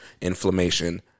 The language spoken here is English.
inflammation